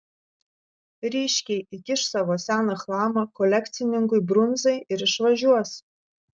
ryškiai įkiš savo seną chlamą kolekcininkui brunzai ir išvažiuos